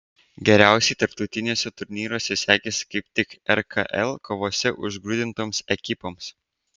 geriausiai tarptautiniuose turnyruose sekėsi kaip tik rkl kovose užgrūdintoms ekipoms